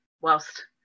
whilst